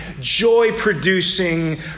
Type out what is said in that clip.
joy-producing